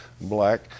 black